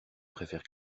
préfère